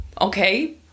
okay